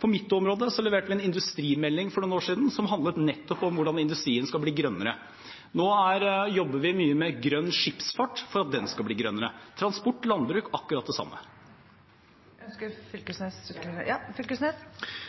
På mitt område leverte vi for noen år siden en industrimelding som handlet nettopp om hvordan industrien skal bli grønnere. Nå jobber vi mye med grønn skipsfart for at den skal bli grønnere. For transport og landbruk gjelder akkurat det samme. Det åpnes for oppfølgingsspørsmål – først Torgeir Knag Fylkesnes.